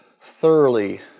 thoroughly